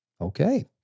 Okay